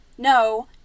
No